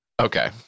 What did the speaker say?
Okay